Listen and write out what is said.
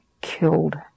killed